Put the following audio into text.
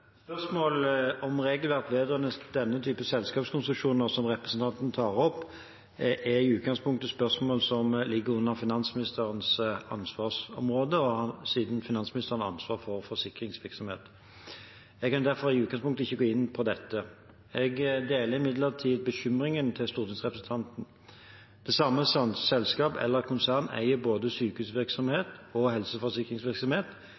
Spørsmål om regelverk vedrørende denne typen selskapskonsesjoner som representanten tar opp, er i utgangspunktet spørsmål som ligger under finansministerens ansvarsområde, siden finansministeren har ansvar for forsikringsvirksomhet. Jeg kan derfor i utgangspunktet ikke gå inn på dette. Jeg deler imidlertid bekymringen til stortingsrepresentanten. Det at samme selskap eller konsern eier både